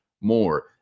more